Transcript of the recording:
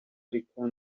ariko